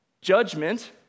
Judgment